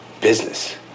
business